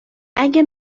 اگه